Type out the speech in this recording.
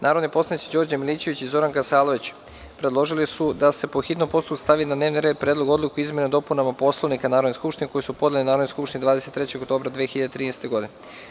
Narodni poslanici Đorđe Milićević i Zoran Kasalović predložili su da se po hitnom postupku stavi na dnevni red Predlog odluke o izmenama i dopunama Poslovnika Narodne skupštine, koji su podneli Narodnoj skupštini 23. oktobra 2013. godine.